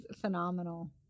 phenomenal